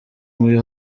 muri